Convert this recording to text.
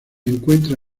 encuentra